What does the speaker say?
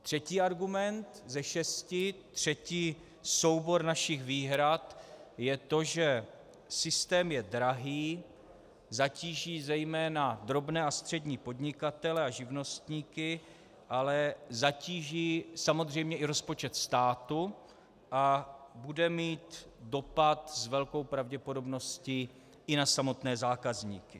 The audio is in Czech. Třetí argument ze šesti, třetí soubor našich výhrad je to, že systém je drahý, zatíží zejména drobné a střední podnikatele a živnostníky, ale zatíží samozřejmě i rozpočet státu a bude mít dopad s velkou pravděpodobností i na samotné zákazníky.